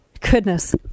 goodness